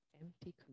Empty